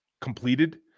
completed